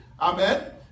Amen